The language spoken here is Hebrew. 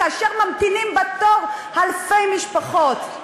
כאשר ממתינות בתור אלפי משפחות.